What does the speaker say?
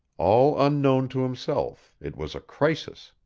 all unknown to himself it was a crisis.